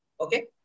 Okay